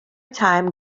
time